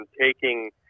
taking